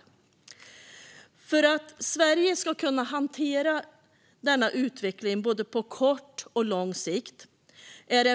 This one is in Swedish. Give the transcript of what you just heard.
En förutsättning för Sverige att kunna hantera denna utveckling både på kort och på lång sikt är